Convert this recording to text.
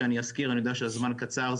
אני יודע שהזמן קצר,